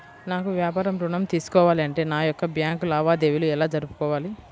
నాకు వ్యాపారం ఋణం తీసుకోవాలి అంటే నా యొక్క బ్యాంకు లావాదేవీలు ఎలా జరుపుకోవాలి?